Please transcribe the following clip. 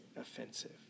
offensive